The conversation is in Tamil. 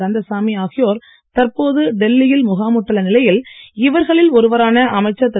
கந்தசாமி ஆகியோர் தற்போது டெல்லியில் முகாமிட்டுள்ள நிலையில் இவர்களில் ஒருவரான அமைச்சர் திரு